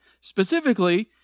specifically